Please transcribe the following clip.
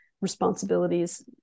responsibilities